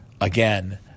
again